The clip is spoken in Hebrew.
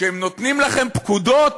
כשהם נותנים לכם פקודות,